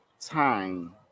time